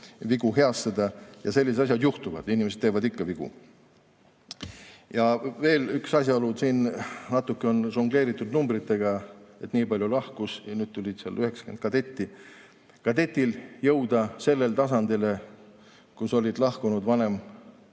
vigu heastada. Sellised asjad juhtuvad, inimesed teevad ikka vigu. Ja veel üks asjaolu. Siin natuke on žongleerinud numbritega, et nii palju lahkus ja nüüd tuleb 90 kadetti. [Selleks et] jõuda tasemele, kus on lahkunud